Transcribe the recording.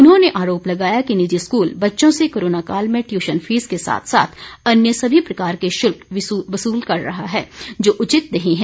उन्होंने आरोप लगाया कि निजी स्कूल बच्चों से कोरोना काल में ट्यूशन फीस के साथ साथ अन्य सभी प्रकार के शुल्क वसूल कर रहे हैं जो उचित नहीं है